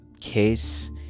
case